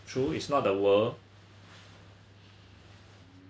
true is not the world